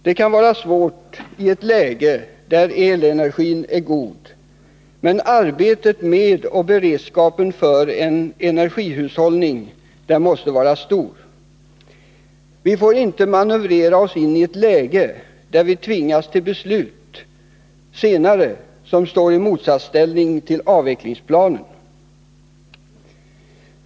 Det kan vara svårt med detta i ett läge där elenergin är god, men arbetet med och beredskapen för en energihushållning måste vara omfattande. Vi får inte manövrera oss in i ett läge där vi tvingas till beslut senare som står i motsatsställning till avvecklingsplanen.